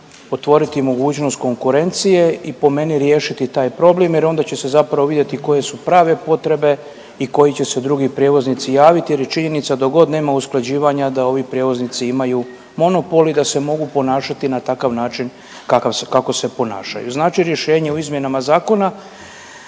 otvoriti mogućnost konkurencije i po meni riješiti taj problem jer onda će se zapravo vidjeti koje su prave potrebe i koji će se drugi prijevoznici javiti. Jer je činjenica dok god nema usklađivanja da ovi prijevoznici imaju monopol i da se mogu ponašati na takav način kako se ponašaju. Znači rješenje u izmjenama zakona